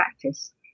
practice